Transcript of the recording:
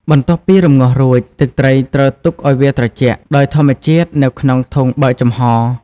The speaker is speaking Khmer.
បន្ទាប់ពីរំងាស់រួច ទឹកត្រីត្រូវទុកឱ្យ ត្រជាក់ ដោយធម្មជាតិនៅក្នុងធុងបើកចំហ។